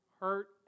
hurt